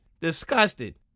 Disgusted